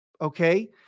okay